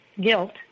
guilt